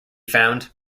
found